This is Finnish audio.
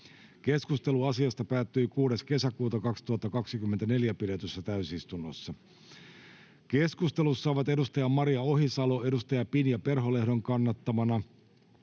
Keskustelu asiasta päättyi 6.6.2024 pidetyssä täysistunnossa. Keskustelussa ovat edustaja Maria Ohisalo edustaja Pinja Perholehdon kannattamana